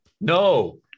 No